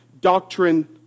doctrine